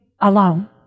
alone